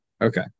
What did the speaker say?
Okay